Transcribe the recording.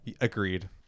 Agreed